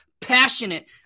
passionate